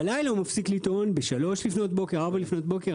הוא מפסיק לטעון בלילה, בשלוש או ארבע לפנות בוקר.